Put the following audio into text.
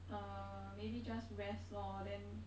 uh maybe just rest lor then